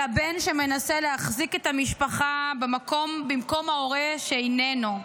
על הבן שמנסה להחזיק את המשפחה במקום ההורה שאיננו.